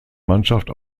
mannschaft